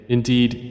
Indeed